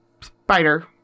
Spider